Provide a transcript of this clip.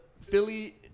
Philly